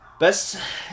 best